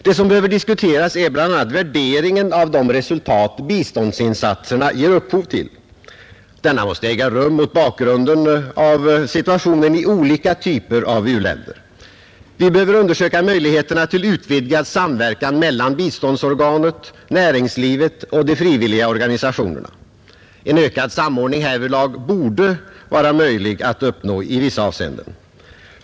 Det som behöver diskuteras är bl.a. värderingen av de resultat biståndsinsatserna ger upphov till. Denna måste äga rum mot bakgrunden av situationen i olika typer av u-länder. Vi behöver undersöka möjligheterna till utvidgad samverkan mellan biståndsorganet, näringslivet och de frivilliga organisationerna. En ökad samordning härvidlag borde vara möjlig att uppnå i vissa avseenden.